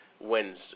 wins